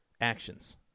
actions